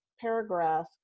paragraph